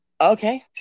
okay